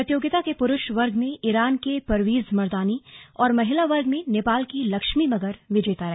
प्रतियोगिता के पुरुष वर्ग में ईरान के परवीज मरदानी और महिला वर्ग में नेपाल की लक्ष्मी मगर विजेता रहे